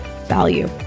value